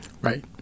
Right